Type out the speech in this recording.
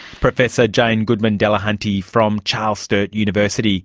professor jane goodman-delahunty from charles sturt university.